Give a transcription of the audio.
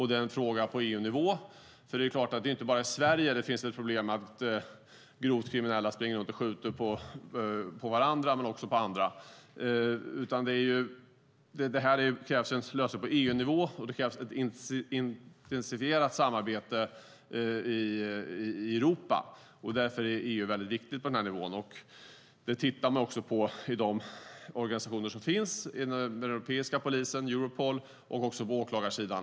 Det är en fråga på EU-nivå, för det är ju inte bara i Sverige det är ett problem att grovt kriminella springer runt och skjuter på varandra och även på andra. Här krävs en lösning på EU-nivå, ett intensifierat samarbete i Europa, och därför är EU väldigt viktigt. Det tittar man också på i de organisationer som finns inom den europeiska polisen, Europol, och också på åklagarsidan.